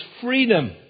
freedom